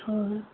ꯍꯣꯏ ꯍꯣꯏ